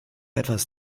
etwas